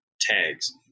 tags